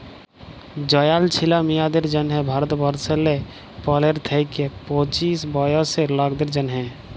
জয়াল ছিলা মিঁয়াদের জ্যনহে ভারতবর্ষলে পলের থ্যাইকে পঁচিশ বয়েসের লকদের জ্যনহে